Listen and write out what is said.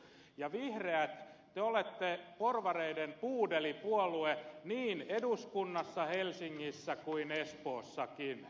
ja vihreät te olette porvareiden puudelipuolue niin eduskunnassa helsingissä kuin espoossakin